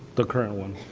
the current one.